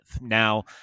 Now